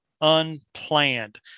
unplanned